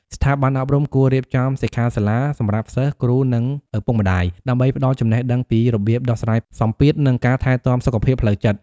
ស្ថាប័នអប់រំគួរ រៀបចំសិក្ខាសាលា សម្រាប់សិស្ស គ្រូ និងឪពុកម្ដាយ ដើម្បីផ្តល់ចំណេះដឹងពីរបៀបដោះស្រាយសម្ពាធ និងការថែទាំសុខភាពផ្លូវចិត្ត។